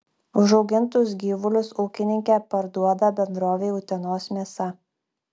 užaugintus gyvulius ūkininkė parduoda bendrovei utenos mėsa